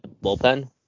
bullpen